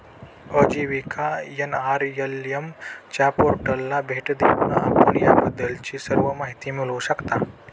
आजीविका एन.आर.एल.एम च्या पोर्टलला भेट देऊन आपण याबद्दलची सर्व माहिती मिळवू शकता